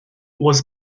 was